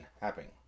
happening